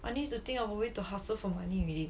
I need to think of a way to hustle for money already